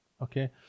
Okay